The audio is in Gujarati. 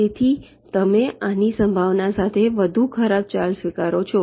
તેથી તમે આની સંભાવના સાથે વધુ ખરાબ ચાલ સ્વીકારો છો